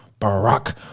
Barack